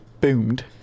Boomed